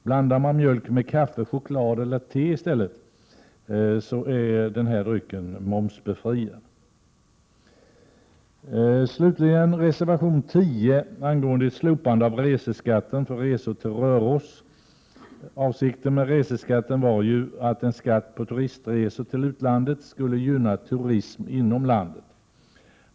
Blandar man mjölk med kaffe, choklad eller te i stället, är drycken momsbefriad. Slutligen kommer jag till reservation 10 angående ett slopande av reseskatten för resor till Röros. Avsikten med reseskatten var att en skatt på turistresor till utlandet skulle gynna turism inom landet.